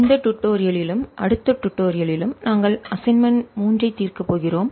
இந்த டுடோரியலும் அடுத்த டுடோரியலும் நாங்கள் அசைன்மென்ட் மூன்று ஐ தீர்க்கப் போகிறோம்